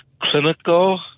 clinical